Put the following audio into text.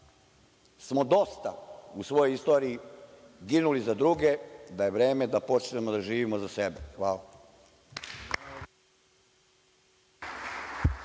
smo dosta u svojoj istoriji ginuli za druge, da je vreme da počnemo da živimo za sebe. Hvala.